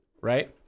right